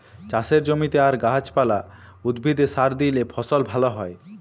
চাষের জমিতে আর গাহাচ পালা, উদ্ভিদে সার দিইলে ফসল ভাল হ্যয়